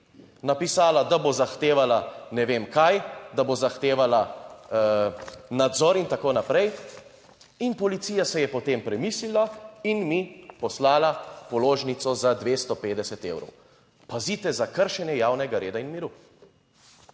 napisala, da bo zahtevala ne vem kaj, da bo zahtevala, nadzor in tako naprej in policija se je potem premislila in mi poslala položnico za 250 evrov. Pazite, za kršenje javnega reda in miru!